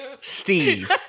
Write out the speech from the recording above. Steve